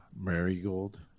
Marigold